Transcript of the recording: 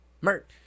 Merch